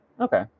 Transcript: okay